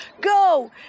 Go